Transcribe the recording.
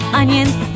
onions